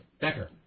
Becker